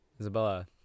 Isabella